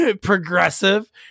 progressive